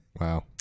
Wow